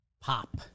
Pop